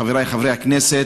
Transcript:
חברי חברי הכנסת,